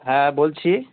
হ্যাঁ বলছি